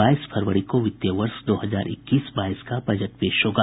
बाईस फरवरी को वित्तीय वर्ष दो हजार इक्कीस बाईस का बजट पेश होगा